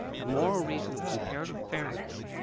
the moral reason of comparative fairness,